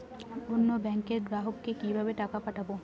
অন্য ব্যাংকের গ্রাহককে কিভাবে টাকা পাঠাবো?